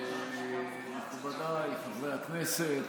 בוודאי חברי הכנסת.